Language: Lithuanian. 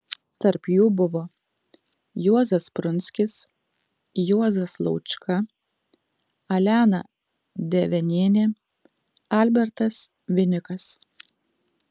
tarp jų buvo juozas prunskis juozas laučka alena devenienė albertas vinikas